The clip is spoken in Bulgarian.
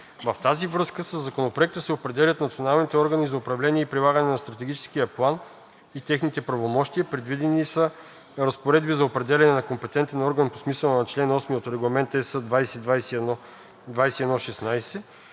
В тази връзка със Законопроекта се определят националните органи за управление и прилагане на Стратегическия план и техните правомощия. Предвидени са разпоредби за определяне на компетентен орган по смисъла на чл. 8 от Регламент ЕС 2021/2116,